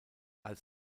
als